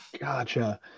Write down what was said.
Gotcha